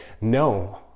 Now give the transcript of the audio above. no